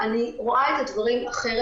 אני רואה את הדברים אחרת,